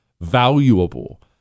valuable